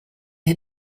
had